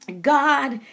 god